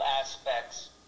aspects